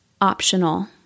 optional